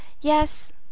yes